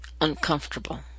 uncomfortable